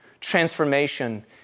transformation